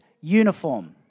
uniform